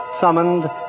summoned